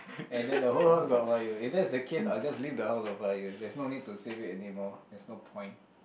and then the whole house got fire if that's the case I will just leave the house on fire there's no need to save it anymore there's no point